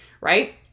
right